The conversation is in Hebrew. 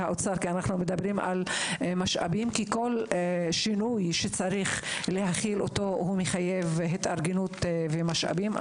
כל שינוי שצריך להחיל, מחייב התארגנות ומשאבים.